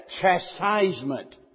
chastisement